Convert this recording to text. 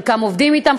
חלקם עובדים אתם,